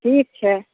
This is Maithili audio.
ठीक छै